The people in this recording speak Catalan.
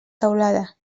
teulada